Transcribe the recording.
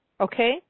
Okay